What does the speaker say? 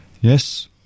yes